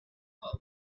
what